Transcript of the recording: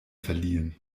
verliehen